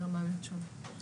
אני